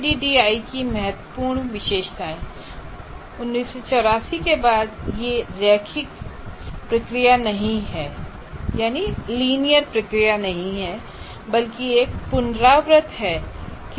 ADDIE की महत्वपूर्ण विशेषताएं 1984 के बाद यह रैखिक प्रक्रिया नहीं है बल्कि यह पुनरावृत्त है